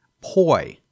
poi